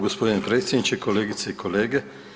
Gospodine predsjedniče, kolegice i kolege.